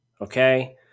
Okay